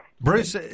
Bruce